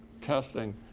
testing